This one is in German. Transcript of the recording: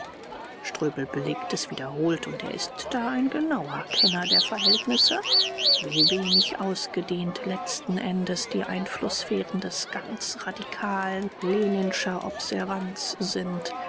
ströbel belegt es wiederholt und er ist da ein genauer kenner der verhältnisse wie wenig ausgedehnt letzten endes die einflußsphären des ganzradikalen leninscher observanz sind